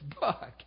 book